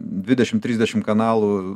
dvidešim trisdešim kanalų